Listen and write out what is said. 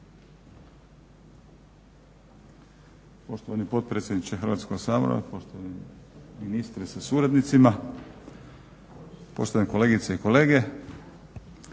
Poštovani potpredsjedniče Hrvatskog sabora, poštovani ministre sa suradnicima, poštovane kolegice i kolege.